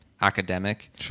academic